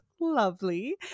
lovely